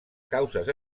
causes